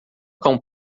cão